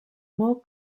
more